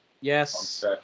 Yes